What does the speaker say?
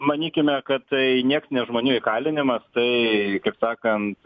manykime kad tai nieks ne žmonių įkalinimas tai kaip sakant